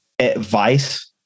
advice